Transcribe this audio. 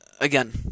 Again